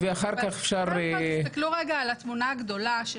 אבל קודם כל תסכלו על התמונה הגדולה של